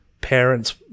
parents